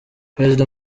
perezida